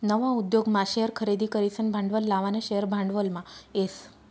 नवा उद्योगमा शेअर खरेदी करीसन भांडवल लावानं शेअर भांडवलमा येस